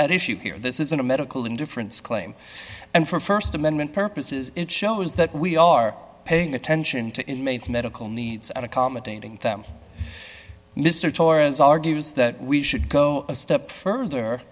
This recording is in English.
at issue here this is a medical indifference claim and for st amendment purposes it shows that we are paying attention to inmates medical needs and accommodating them mr torres argues that we should go a step further